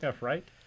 Right